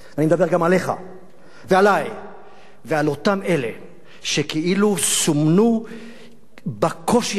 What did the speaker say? אני מדבר גם עליך ועלי ועל אותם אלה שכאילו סומנו בקושי הזה